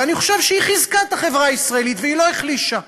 ואני חושב שהיא חיזקה את החברה הישראלית והיא לא החלישה.